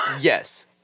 yes